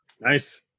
Nice